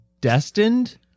destined